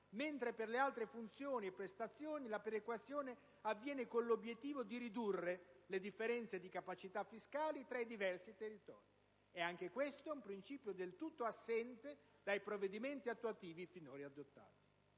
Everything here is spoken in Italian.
mentre per le altre funzioni e prestazioni la perequazione avviene con l'obiettivo di ridurre le differenze di capacità fiscali tra i diversi territori. E anche questo è un principio del tutto assente dai provvedimenti attuativi finora adottati.